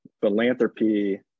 philanthropy